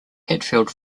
hatfield